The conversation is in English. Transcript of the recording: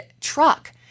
truck